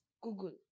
Google